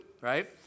right